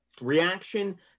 reaction